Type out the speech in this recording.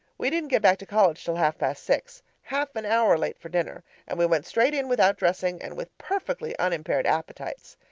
we didn't get back to college till half-past six half an hour late for dinner and we went straight in without dressing, and with perfectly unimpaired appetites!